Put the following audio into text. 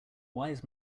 wise